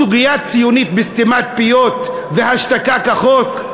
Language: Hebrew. סוגיה ציונית בסתימת פיות והשתקה כחוק?